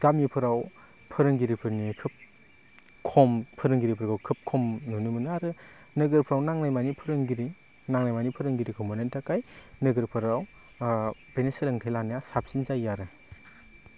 गामिफोराव फोरोंगिरिफोरनि खोब खम फोरोंगिरिफोरखौ खोब खम नुनो मोनो आरो नोगोरफ्राव नांनायमानि फोरोंगिरि नांनाय मानि फोरोंगिरिखौ मोन्नायनि थाखाय नोगोरफोराव बेनि सोलोंथाइ लानाया साबसिन जायो आरो